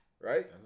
Right